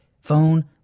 Phone